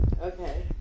Okay